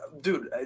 dude